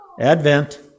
Advent